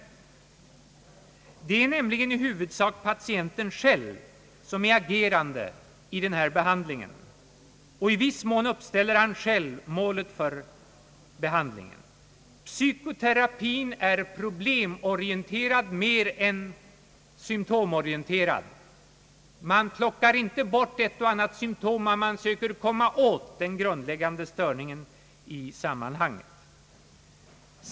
I huvudsak är det nämligen patienten själv som agerar i behandlingen, och i viss mån uppställer han själv målet för behandlingen. Psykoterapin är problemorienterad mer än symtomorienterad. Man plockar inte bort ett och annat symtom utan söker komma åt den grundläggande störningen i sammanhanget.